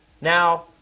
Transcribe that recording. Now